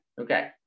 okay